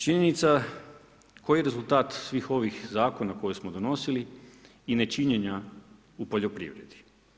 Činjenica koji rezultat svih ovih zakona koje smo donosili i nečinjenja u poljoprivredi.